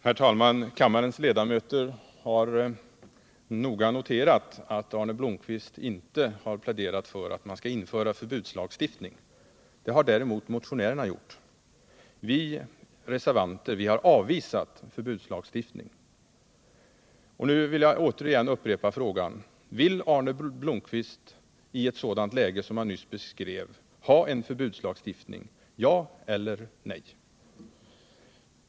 Herr talman! Kammarens ledamöter har noga noterat att Arne Blomkvist inte har pläderat för att man skall införa förbudslagstiftning. Det har däremot motionärerna gjort. Vi reservanter har avvisat förbudslagstiftning. Jag vill upprepa frågan: Vill Arne Blomkvist i ett sådant läge som jag nyss beskrev ha en förbudslagstiftning — ja eller nej?